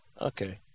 Okay